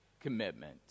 commitment